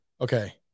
Okay